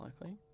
likely